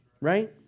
right